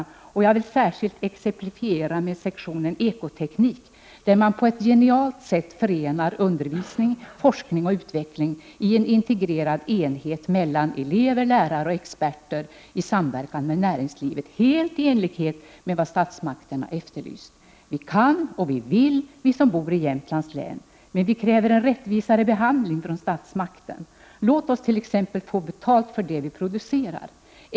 Som exempel vill jag särskilt anföra sektionen för ekoteknik, där man på ett genialt sätt förenar undervisning, forskning och utveckling i en integrerad enhet mellan elever, lärare och experter i samverkan med näringslivet — helt i enlighet med vad statsmakterna har efterlyst. Vi kan och vi vill, vi som bor i Jämtlands län, men vi kräver en rättvisare behandling från statsmakten. Låt oss t.ex. få betalt för det vi producerar!